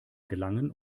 gelangen